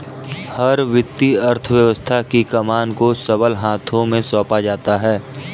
हर वित्तीय अर्थशास्त्र की कमान को सबल हाथों में सौंपा जाता है